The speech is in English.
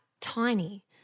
tiny